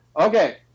Okay